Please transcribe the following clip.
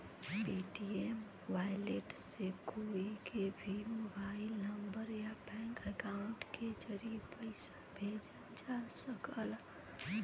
Paytm wallet से कोई के भी मोबाइल नंबर या बैंक अकाउंट के जरिए पइसा भेजल जा सकला